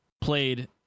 played